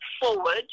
forward